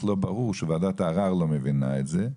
לא ברור שוועדת הערר לא מבינה את זה?